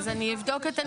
אז אני אבדוק את זה.